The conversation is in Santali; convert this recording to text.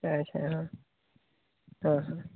ᱟᱪᱪᱷᱟ ᱦᱮᱸ